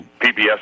PBS